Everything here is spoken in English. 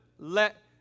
Let